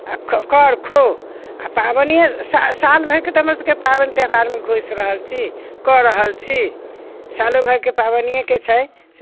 आओर कर खो आओर पाबनिये साल भरिके तऽ हमरा सबके पाबनि त्यौहारमे घुसि रहल छी कऽ रहल छी सालोभरिके पाबैनियेके छै